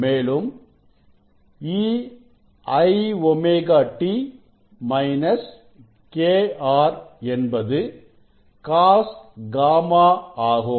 மேலும் e iw t kr என்பது cos γ ஆகும்